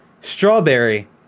strawberry